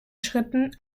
schritten